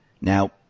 Now